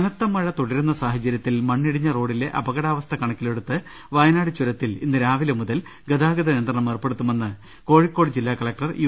കനത്ത മഴ തുടരുന്ന സാഹചര്യത്തിൽ മണ്ണിടിഞ്ഞ റോഡിലെ അപകടാവസ്ഥ കണക്കിലെടുത്ത് വയനാട് ചുരത്തിൽ ഇന്നു രാവിലെ മുതൽ ഗതാഗത നിയന്ത്രണം ഏർപ്പെടുത്തുമെന്ന് കോഴിക്കോട് ജില്ലാ കളക്ടർ യു